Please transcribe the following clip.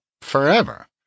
forever